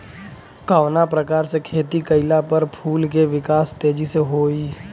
कवना प्रकार से खेती कइला पर फूल के विकास तेजी से होयी?